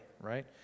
right